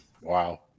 Wow